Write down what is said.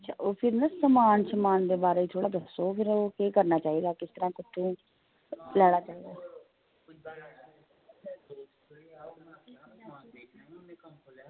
अच्छा ना उसी समान बगैरा दा दस्सेओ की किस तरह खरीदने